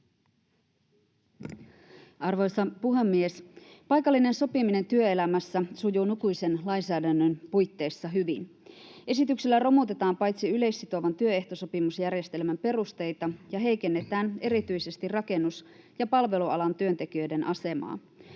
Arvoisa puhemies! Paikallinen sopiminen työelämässä sujuu nykyisen lainsäädännön puitteissa hyvin. Esityksellä romutetaan paitsi yleissitovan työehtosopimusjärjestelmän perusteita myös heikennetään erityisesti rakennus- ja palvelualan työntekijöiden asemaa.